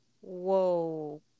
whoa